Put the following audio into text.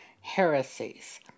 heresies